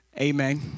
Amen